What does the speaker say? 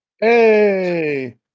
Hey